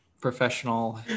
professional